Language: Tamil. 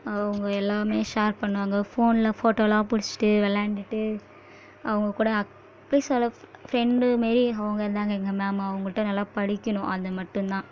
அவங்க எல்லாம் ஷேர் பண்ணுவாங்க ஃபோனில் ஃபோட்டோலாம் புடிச்சிட்டு விளாண்டுட்டு அவங்க கூட நான் பேசுவேன்ல ஃப்ரெண்டு மாரி அவங்க இருந்தாங்க எங்கள் மேம் அவங்கள்கிட்ட நல்லா படிக்கணும் அது மட்டும்தான்